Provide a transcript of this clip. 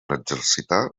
exercitar